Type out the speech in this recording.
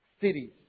cities